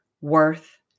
worth